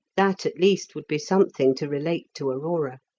that at least would be something to relate to aurora.